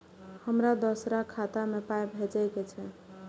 हमरा दोसराक खाता मे पाय भेजे के छै?